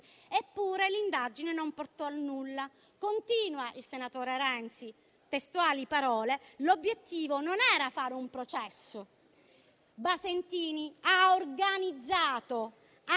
eppure l'indagine non portò a nullaۛ». Continua il senatore Renzi (testuali parole): «L'obiettivo non era fare un processo, Basentini ha organizzato,